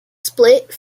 split